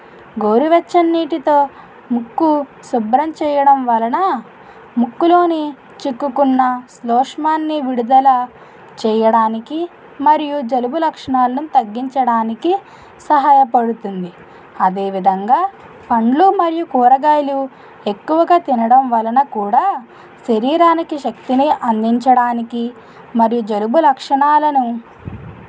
గోరువెచ్చని నీటితో ముక్కు శుభ్రం చేయడం వలన ముక్కులోని చిక్కుకున్న శ్లేష్మాన్ని విడుదల చేయడానికి మరియు జలుబు లక్షణాలను తగ్గించడానికి సహాయపడుతుంది అదేవిధంగా పండ్లు మరియు కూరగాయలు ఎక్కువగా తినడం వలన కూడా శరీరానికి శక్తిని అందించడానికి మరియు జలుబు లక్షణాలను